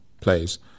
plays